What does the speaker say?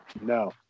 No